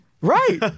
Right